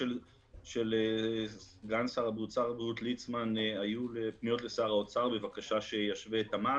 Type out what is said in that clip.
שר הבריאות ליצמן פנה בזמנו לשר האוצר בבקשה שישווה את המס.